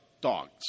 dogs